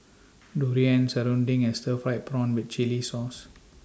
Durian Serunding and Stir Fried Prawn with Chili Sauce